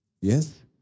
Yes